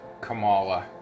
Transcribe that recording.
Kamala